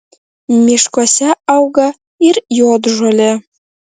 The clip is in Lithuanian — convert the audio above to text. miškuose auga ir juodžolė